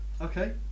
Okay